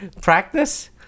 practice